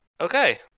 Okay